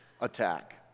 attack